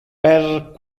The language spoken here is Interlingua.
per